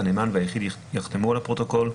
הנאמן והיחיד יחתמו על הפרוטוקול,